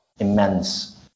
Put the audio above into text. immense